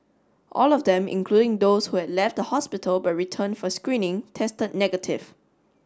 all of them including those who had left the hospital but returned for screening tested negative